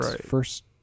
first